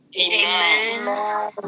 Amen